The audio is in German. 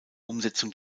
umsetzung